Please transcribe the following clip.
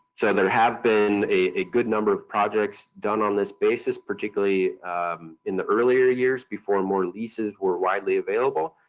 so, there have been a good number of projects done on this basis, particularly in the earlier years before more leases were widely available.